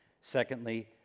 Secondly